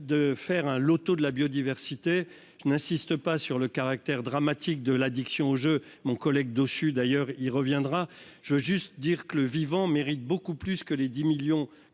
de faire un loto de la biodiversité, je n'insiste pas sur le caractère dramatique de l'addiction au jeu, mon collègue de Sud ailleurs il reviendra, je veux juste dire que le vivant mérite beaucoup plus que les 10 millions